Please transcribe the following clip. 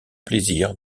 plaisir